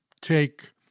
take